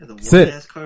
Sit